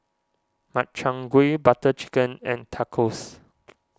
Makchang Gui Butter Chicken and Tacos